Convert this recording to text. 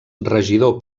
regidor